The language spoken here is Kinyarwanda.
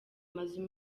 amazu